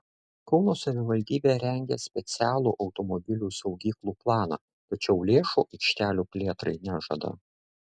kauno savivaldybė rengia specialų automobilių saugyklų planą tačiau lėšų aikštelių plėtrai nežada